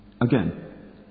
Again